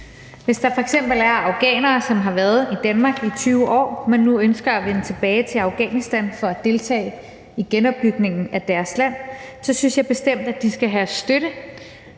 Hvis der f.eks. er afghanere, som har været i Danmark i 20 år, men nu ønsker at vende tilbage til Afghanistan for at deltage i genopbygningen af deres land, så synes jeg bestemt, at de skal have støtte